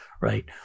Right